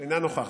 אינה נוכחת,